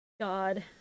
God